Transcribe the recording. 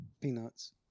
peanuts